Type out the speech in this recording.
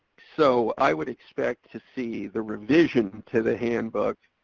so, i would expect to see the revision to the handbook.